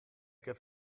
griff